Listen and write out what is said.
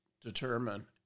determine